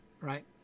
right